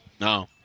No